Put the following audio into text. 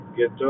get